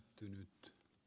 tyynyt